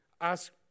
ask